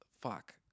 fuck